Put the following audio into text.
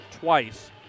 twice